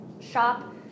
shop